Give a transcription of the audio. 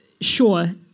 sure